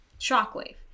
shockwave